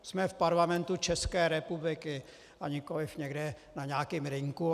Jsme v Parlamentu České republiky, a nikoliv někde na nějakém rynku.